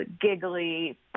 giggly